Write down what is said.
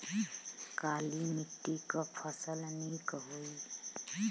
काली मिट्टी क फसल नीक होई?